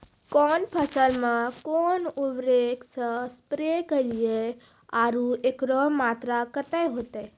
कौन फसल मे कोन उर्वरक से स्प्रे करिये आरु एकरो मात्रा कत्ते होते?